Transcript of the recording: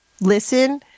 listen